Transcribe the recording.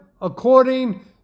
according